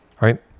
Right